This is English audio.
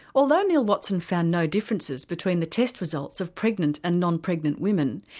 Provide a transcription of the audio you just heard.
although neil watson found no differences between the test results of pregnant and non-pregnant women,